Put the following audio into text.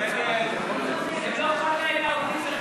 אין נמנעים.